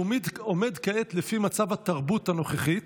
שהוא עומד כעת", לפי מצב התרבות הנוכחית,